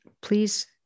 please